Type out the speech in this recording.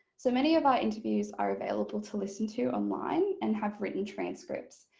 so many of our interviews are available to listen to online and have written transcripts.